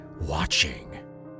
watching